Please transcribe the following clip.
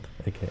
okay